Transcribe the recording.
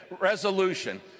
resolution